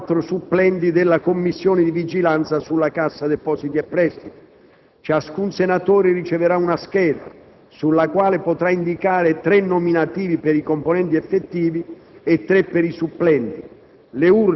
e quattro supplenti della Commissione di vigilanza sulla Cassa depositi e prestiti. Ciascun senatore riceverà una scheda sulla quale potrà indicare tre nominativi per i componenti effettivi e tre per i supplenti.